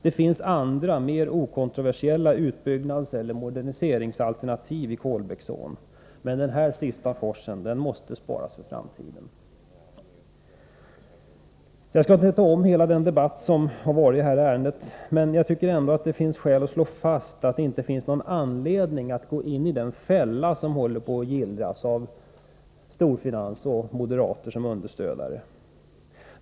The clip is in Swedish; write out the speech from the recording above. Det finns andra mer okontroversiella utbyggnadseller moderniseringsalternativ i Kolbäcksån. Men denna sista fors måste sparas för framtiden. Jag skall inte ta om hela den debatt som har förts i detta ärende, men jag tycker ändå att det finns skäl att slå fast att det inte finns någon anledning för oss att gå in i den fälla som håller på att gillras med stöd av storfinans och moderater.